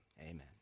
amen